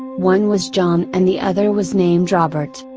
one was john and the other was named robert.